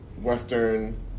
Western